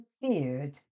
feared